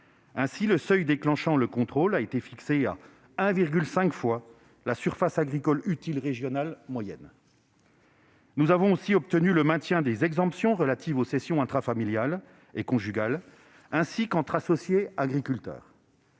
Ainsi, le seuil déclenchant le contrôle a été fixé à 1,5 fois la surface agricole utile régionale moyenne. Nous avons aussi obtenu le maintien des exemptions relatives aux cessions intrafamiliales et conjugales, ainsi qu'entre associés agriculteurs